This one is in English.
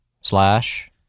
slash